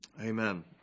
Amen